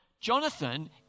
Jonathan